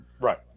Right